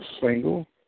single